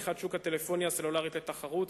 פתיחת שוק הטלפוניה הסלולרית לתחרות,